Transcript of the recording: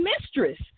mistress